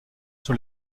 sur